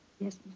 Yes